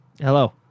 Hello